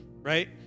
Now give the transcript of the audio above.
Right